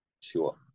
Sure